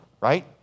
right